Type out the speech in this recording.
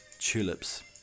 tulips